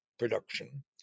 Production